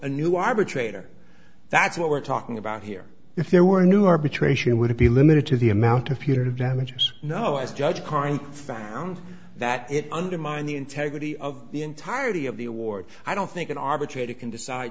a new arbitrator that's what we're talking about here if there were a new arbitration would it be limited to the amount of punitive damages no as judge carr and found that it undermine the integrity of the entirety of the award i don't think an arbitrator can decide